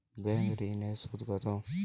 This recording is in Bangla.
ব্যাঙ্ক ঋন এর সুদ কত?